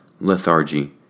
lethargy